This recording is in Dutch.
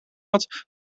had